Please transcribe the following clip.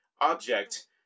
object